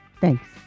Thanks